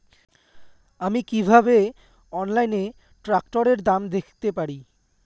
আমি কিভাবে অনলাইনে ট্রাক্টরের দাম দেখতে পারি?